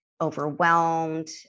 overwhelmed